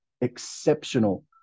exceptional